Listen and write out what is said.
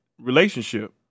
relationship